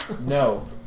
No